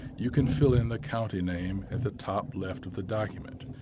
you can fill in the county name at the top left of the document.